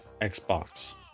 Xbox